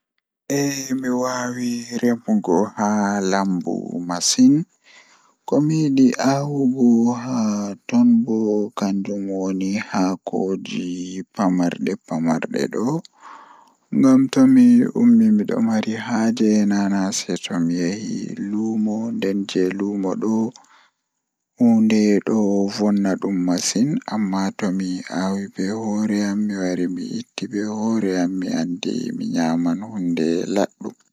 Eh mi waawi remugo haa lambu masin Miɗo waawi fowtagol njange e hoore jeɗi, kadi mi jogii ndiyam e laawol. Miɗo waɗi ɗaɗi ngoori ndi naatataa e mben laawol, e hoore ndee miɗo njangude.